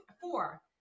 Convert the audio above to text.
four